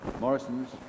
Morrisons